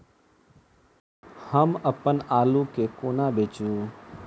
हम अप्पन आलु केँ कोना बेचू?